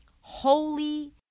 Holy